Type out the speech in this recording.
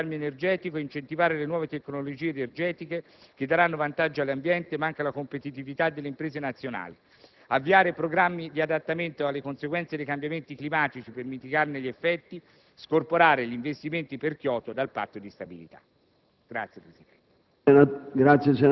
investire nelle energie rinnovabili e nel risparmio energetico e incentivare le nuove tecnologie energetiche che daranno vantaggi all'ambiente, ma anche alla competitività delle imprese nazionali. In quinto luogo, avviare programmi di adattamento alle conseguenze dei cambiamenti climatici per mitigarne gli effetti. In sesto luogo, scorporare gli investimenti per Kyoto dal Patto di stabilità.